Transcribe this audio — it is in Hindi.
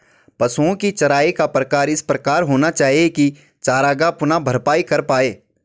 पशुओ की चराई का प्रकार इस प्रकार होना चाहिए की चरागाह पुनः भरपाई कर पाए